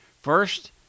first